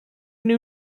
knew